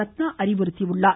ரத்னா அறிவுறுத்தியுள்ளார்